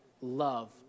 love